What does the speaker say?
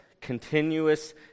continuous